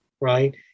right